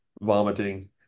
vomiting